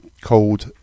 called